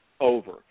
over